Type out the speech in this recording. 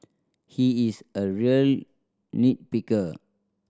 he is a real nit picker